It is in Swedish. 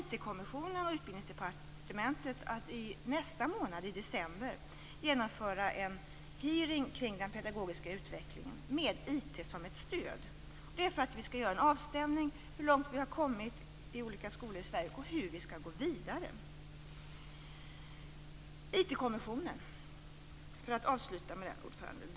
IT kommissionen och Utbildningsdepartementet kommer därför att i nästa månad, i december, genomföra en hearing kring den pedagogiska utvecklingen med IT som ett stöd. Det är för att vi skall göra en avstämning av hur långt man har kommit i olika skolor i Sverige och hur vi skall gå vidare. Fru talman! Jag skall avsluta med att tala om IT kommissionen.